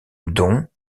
dont